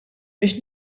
biex